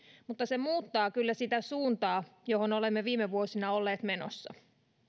mutta se muuttaa kyllä sitä suuntaa johon olemme viime vuosina olleet menossa